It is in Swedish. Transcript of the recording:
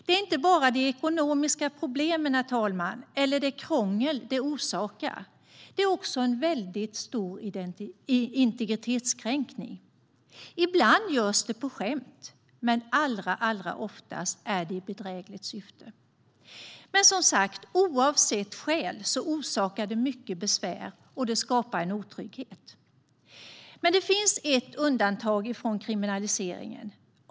Det här orsakar inte bara ekonomiska problem och krångel, utan det är också en mycket allvarlig integritetskränkning. Ibland görs det på skämt, men allra oftast är det i bedrägligt syfte. Men som sagt, oavsett skäl orsakar det mycket besvär och skapar otrygghet. Det finns ett undantag från kriminaliseringen.